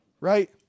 right